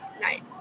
night